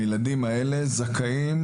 הילדים האלה זכאים,